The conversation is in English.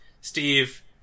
Steve